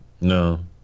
No